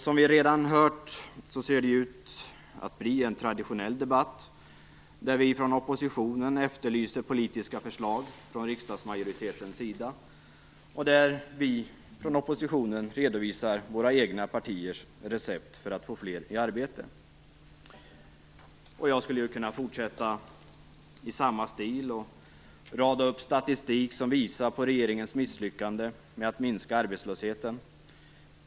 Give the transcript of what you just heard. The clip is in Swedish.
Som vi redan hört ser det ut att bli en traditionell debatt, där vi från oppositionen efterlyser politiska förslag från riksdagsmajoritetens sida och redovisar våra egna partiers recept för att få fler i arbete. Jag skulle kunna fortsätta i samma stil och rada upp statistik som visar regeringens misslyckande med att minska arbetslösheten.